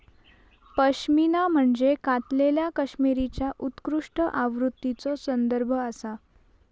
पश्मिना म्हणजे कातलेल्या कश्मीरीच्या उत्कृष्ट आवृत्तीचो संदर्भ आसा